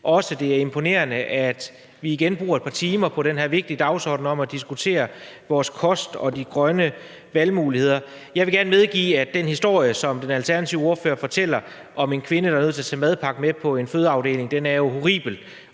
også, det er imponerende, at vi igen bruger et par timer på den her vigtige dagsorden om at diskutere vores kost og de grønne valgmuligheder. Jeg vil gerne medgive, at den historie, som den alternative ordfører fortæller om en kvinde, der er nødt til at tage madpakke med på en fødeafdeling, jo er horribel.